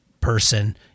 person